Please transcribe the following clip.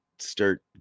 start